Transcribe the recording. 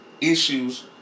issues